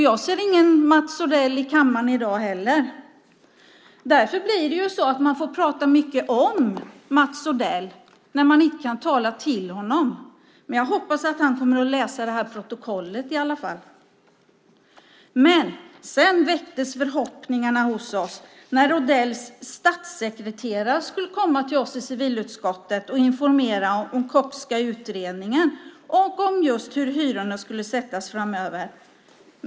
Jag ser ingen Mats Odell i kammaren i dag heller. Därför får man prata mycket om Mats Odell när man inte kan tala till honom. Men jag hoppas att han kommer att läsa det här protokollet i alla fall. Men sedan väcktes förhoppningar hos oss när Odells statssekreterare skulle komma till oss i civilutskottet och informerade om den Kochska utredningen och om hur hyrorna skulle sättas framöver.